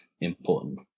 important